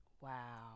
Wow